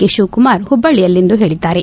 K Shivakumar ಹುಬ್ಲಲ್ಲಿಯಲ್ಲಿಂದು ಹೇಳಿದ್ದಾರೆ